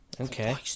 Okay